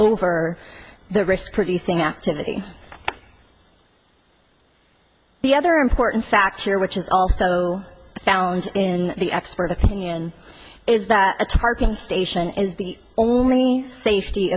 over the risk producing activity the other important factor here which is also found in the expert opinion is that the tarkhan station is the only safety